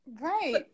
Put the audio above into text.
right